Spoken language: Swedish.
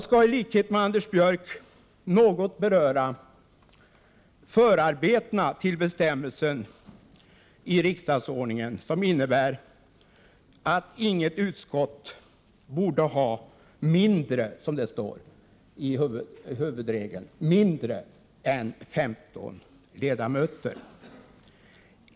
I likhet med Anders Björck skall jag något beröra förarbetena till den bestämmelse i riksdagsordningen som innebär att inget utskott borde ha mindre än 15 ledamöter, som det står i huvudregeln.